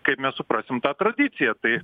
kaip mes suprasim tą tradiciją tai